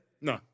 No